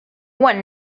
one